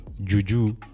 juju